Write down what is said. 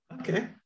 Okay